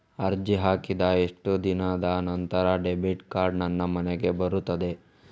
ಅರ್ಜಿ ಹಾಕಿದ ಎಷ್ಟು ದಿನದ ನಂತರ ಡೆಬಿಟ್ ಕಾರ್ಡ್ ನನ್ನ ಮನೆಗೆ ಬರುತ್ತದೆ?